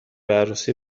عروسی